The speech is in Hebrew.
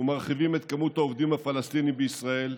ומרחיבים את מספר העובדים הפלסטינים בישראל,